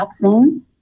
vaccines